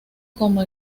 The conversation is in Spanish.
como